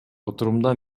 отурумда